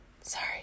Sorry